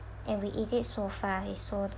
and we eat it so far it's so